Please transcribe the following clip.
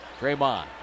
Draymond